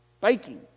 biking